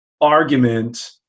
argument